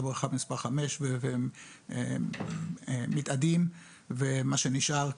לבריכה מס' חמש ומתאדים ומה שנשאר,